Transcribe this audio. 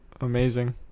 Amazing